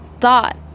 thought